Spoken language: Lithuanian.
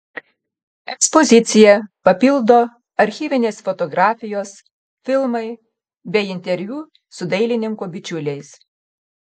ekspoziciją papildo archyvinės fotografijos filmai bei interviu su dailininko bičiuliais